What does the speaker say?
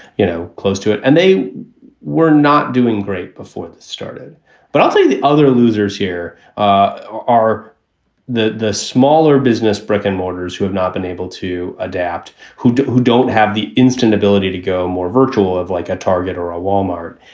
you know, close to it. and they were not doing great before this started but i'll tell you, the other losers here are the the smaller business, broken borders, who have not been able to adapt, who who don't have the instant ability to go more virtual of like a target or a wal-mart.